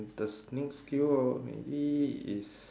the s~ next skill uh maybe is